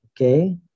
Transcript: Okay